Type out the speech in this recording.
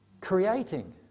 creating